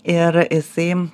ir jisai